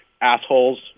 assholes